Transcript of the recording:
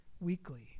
weekly